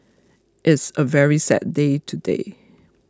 it's a very sad day today